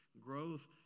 Growth